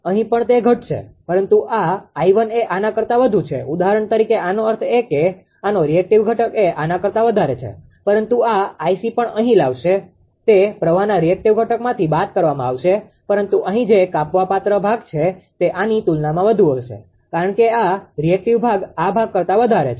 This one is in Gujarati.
અહીં પણ તે ઘટશે પરંતુ આ 𝐼1 એ આના કરતા વધુ છે ઉદાહરણ તરીકે આનો અર્થ એ કે આનો રીએક્ટીવ ઘટક એ આના કરતા વધારે છે પરંતુ આ 𝐼𝐶 પણ અહીં આવશે તે પ્રવાહના રીએક્ટીવ ઘટકમાંથી બાદ કરવામાં આવશે પરંતુ અહીં જે કાપવાપાત્ર ભાગ છે તે આની તુલનામાં વધુ હશે કારણ કે આ રીએક્ટીવ ભાગ આ ભાગ કરતા વધારે છે